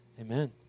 Amen